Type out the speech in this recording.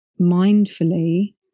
mindfully